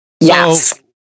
Yes